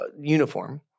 uniform